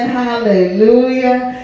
hallelujah